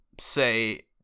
say